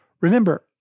Remember